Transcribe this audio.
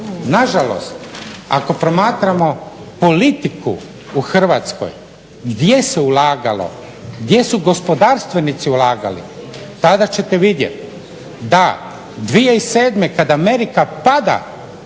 Nažalost, ako promatramo politiku u Hrvatskoj gdje se ulagalo, gdje su gospodarstvenici ulagali tada ćete vidjeti da 2007.kada Amerika pada